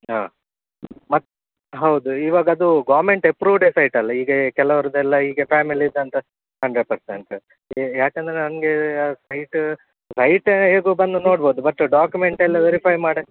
ಹಾಂ ಮತ್ತು ಹೌದು ಇವಾಗ ಅದೂ ಗೌರ್ಮೆಂಟ್ ಎಪ್ರೂಡ್ ಅಸೆಟ್ ಅಲ್ಲ ಈಗಾ ಕೆಲ್ವುರ್ದು ಎಲ್ಲ ಈಗ ಫ್ಯಾಮಿಲೀಸ್ ಅಂತ ಹಂಡ್ರೆಡ್ ಪರ್ಸೆಂಟ್ ಯಾಕಂದರೆ ನನಗೆ ಸೈಟ್ ಸೈಟ್ ಹೇಗೋ ಬಂದು ನೋಡ್ಬೋದು ಬಟ್ ಡಾಕ್ಯುಮೆಂಟ್ ಎಲ್ಲ ವೈರಿಫೈ ಮಾಡಿ